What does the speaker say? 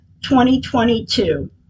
2022